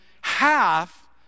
half